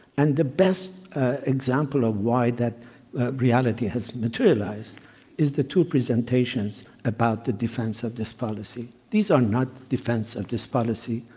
and the best example of why that reality has materialized is the two presentations about the defense of this policy. these are not defense of this policy.